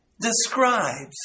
describes